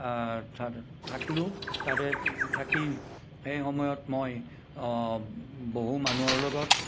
থাকিলোঁ তাতে থাকি সেই সময়ত মই বহু মানুহৰ লগত